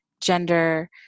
gender